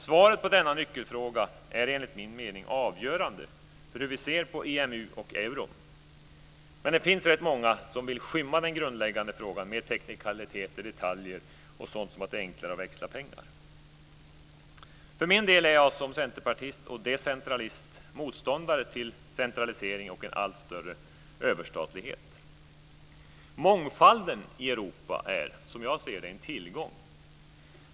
Svaret på denna nyckelfråga är enligt min mening avgörande för hur vi ser på EMU och euron. Men det finns rätt många som vill skymma den grundläggande frågan med teknikaliteter, detaljer och sådant som att det är enklare att växla pengar. För min del är jag som centerpartist och decentralist motståndare till centralisering och en allt större överstatlighet. Mångfalden i Europa är, som jag ser det, en tillgång.